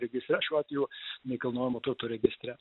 registre šiuo atveju nekilnojamo turto registre